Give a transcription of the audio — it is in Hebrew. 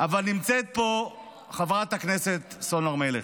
אבל נמצאת פה חברת הכנסת סון הר מלך,